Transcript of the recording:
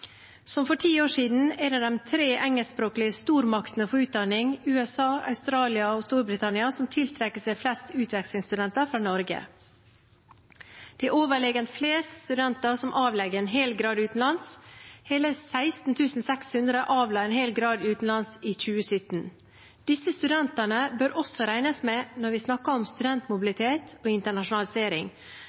Som for ti år siden er det de tre engelskspråklige stormaktene for utdanning – USA, Australia og Storbritannia – som tiltrekker seg flest utvekslingsstudenter fra Norge. Det er overlegent flest studenter som avlegger en hel grad utenlands – hele 16 600 avla en hel grad utenlands i 2017. Disse studentene bør også regnes med når vi snakker om studentmobilitet og internasjonalisering,